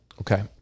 okay